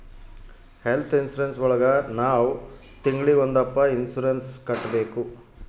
health insurance ಒಳಗ ನಾವ್ ತಿಂಗ್ಳಿಗೊಂದಪ್ಪ ಇನ್ಸೂರೆನ್ಸ್ ಕಟ್ಟ್ಬೇಕು